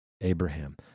Abraham